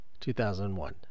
2001